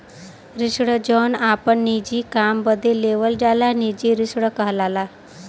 ऋण जौन आपन निजी काम बदे लेवल जाला निजी ऋण कहलाला